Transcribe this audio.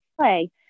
play